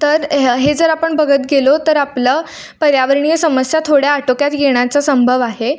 तर ह हे जर आपण बघत गेलो तर आपलं पर्यावरणीय समस्या थोड्या आटोक्यात येण्याचा संभव आहे